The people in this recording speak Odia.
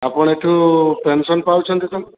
ଆପଣ ଏହିଠୁ ପେନ୍ସନ ପାଉଛନ୍ତି ତ